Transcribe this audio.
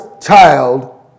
child